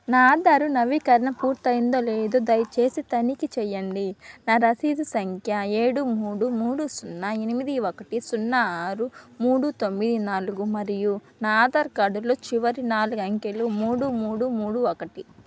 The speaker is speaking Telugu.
నా ఆధారు నవీకరణ పూర్తయిందో లేదో దయచేసి తనిఖీ చేయండి నా రసీదు సంఖ్య ఏడు మూడు మూడు సున్నా ఎనిమిది ఒకటి సున్నా ఆరు మూడు తొమ్మిది నాలుగు మరియు నా ఆధార్ కార్డులో చివరి నాలుగు అంకెలు మూడు మూడు మూడు ఒకటి